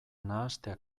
nahastea